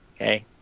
okay